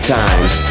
times